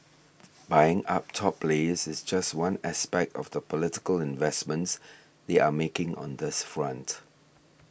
buying up top players is just one aspect of the political investments they are making on this front